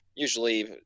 usually